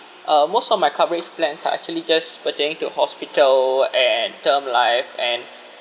uh most of my coverage plans are actually just pertaining to hospital and term life and